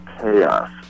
chaos